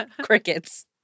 Crickets